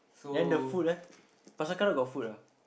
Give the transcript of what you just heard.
then the food leh not second got food lah